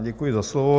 Děkuji za slovo.